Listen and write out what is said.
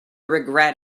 regret